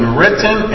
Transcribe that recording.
written